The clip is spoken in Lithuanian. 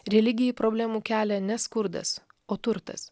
religijai problemų kelia ne skurdas o turtas